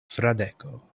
fradeko